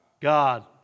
God